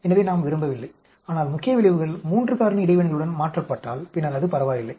எனவே நாம் விரும்பவில்லை ஆனால் முக்கிய விளைவுகள் 3 காரணி இடைவினைகளுடன் மாற்றப்பட்டால் பின்னர் அது பரவாயில்லை